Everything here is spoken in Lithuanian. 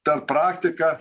per praktiką